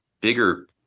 bigger